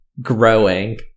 growing